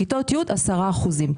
בכיתות י', 10 אחוזים.